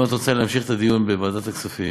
אם את רוצה להמשיך את הדיון בוועדת הכספים,